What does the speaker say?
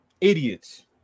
idiots